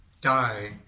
die